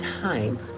time